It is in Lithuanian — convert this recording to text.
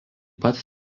pat